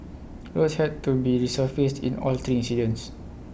roads had to be resurfaced in all three incidents